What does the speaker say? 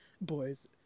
Boys